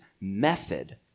method